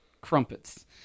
crumpets